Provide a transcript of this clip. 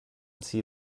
see